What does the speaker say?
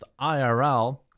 IRL